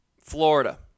Florida